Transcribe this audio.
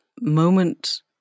moment